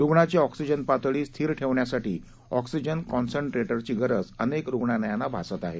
रुग्णाची ऑक्सिजन पातळी स्थिर ठेवण्यासाठी ऑक्सिजन कॉसंट्रेटरची गरज अनेक रुग्णालयाना भासत आहे